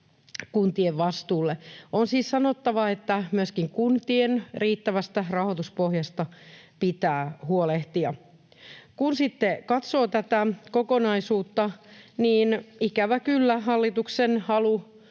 kuntien vastuulle. On siis sanottava, että myöskin kuntien riittävästä rahoituspohjasta pitää huolehtia. Kun sitten katsoo tätä kokonaisuutta, niin ikävä kyllä, hallituksen halu